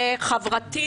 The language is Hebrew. חברתי,